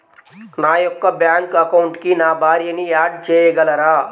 నా యొక్క బ్యాంక్ అకౌంట్కి నా భార్యని యాడ్ చేయగలరా?